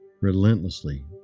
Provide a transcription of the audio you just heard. relentlessly